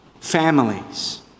families